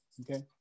okay